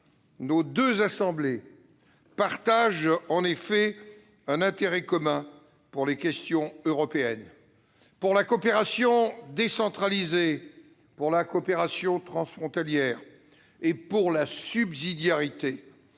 nos deux assemblées partagent en effet un intérêt commun pour les questions européennes, pour la coopération décentralisée et transfrontalière et pour la subsidiarité,